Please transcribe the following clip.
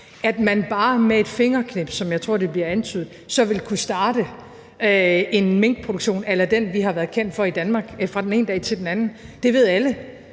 at man bare med et fingerknips – som jeg tror det bliver antydet – så vil kunne starte en minkproduktion a la den, vi har været kendt for i Danmark, fra den ene dag til den anden. Det ved alle,